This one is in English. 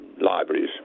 libraries